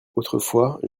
autrefois